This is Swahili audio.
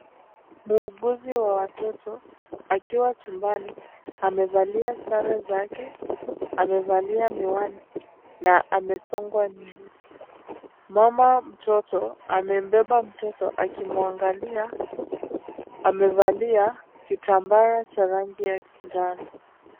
Muuguzi wa watoto akiwa chumbani amevalia sare zake amevalia miwani na amesongwa nywele. Mama mtoto amembeba mtoto akimwangalia, amevalia kitambaa cha rangi ya njano.